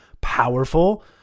powerful